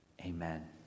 Amen